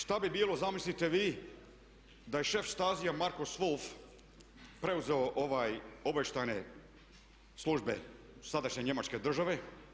Šta bi bilo zamislite vi da je šef Štazija Marko … preuzeo obavještajne službe sadašnje Njemačke države.